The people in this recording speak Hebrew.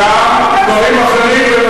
גם דברים אחרים,